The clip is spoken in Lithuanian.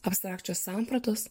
abstrakčios sampratos